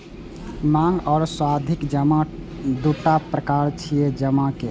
मांग आ सावधि जमा दूटा प्रकार छियै जमा के